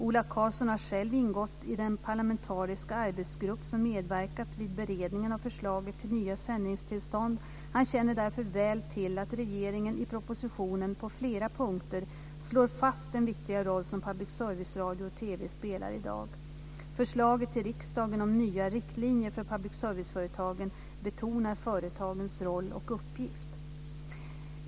Ola Karlsson har själv ingått i den parlamentariska arbetsgrupp som medverkat vid beredningen av förslaget till nya sändningstillstånd. Han känner därför väl till att regeringen i propositionen på flera punkter slår fast den viktiga roll som public service-radio och TV spelar i dag. Förslaget till riksdagen om nya riktlinjer för public service-företagen betonar företagens roll och uppgift.